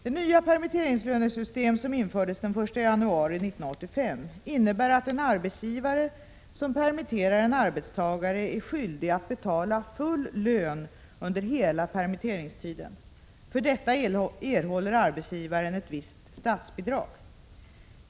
Det nya permitteringslönesystem som infördes den 1 januari 1985 innebär att en arbetsgivare som permitterar en arbetstagare är skyldig att betala full lön under hela permitteringstiden. För detta erhåller arbetsgivaren ett visst statsbidrag.